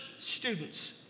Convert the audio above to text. students